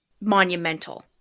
monumental